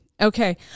okay